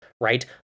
right